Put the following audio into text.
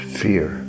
fear